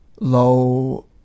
Low